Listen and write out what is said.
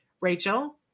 Rachel